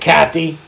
Kathy